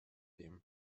him